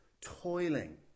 toiling